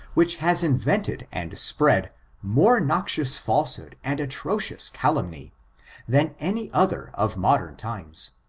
which has invented and spread more noxious felsehood and atrocious calumny than any other of modem times,